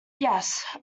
yes